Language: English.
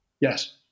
Yes